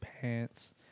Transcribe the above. pants